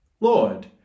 Lord